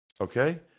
okay